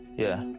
yeah,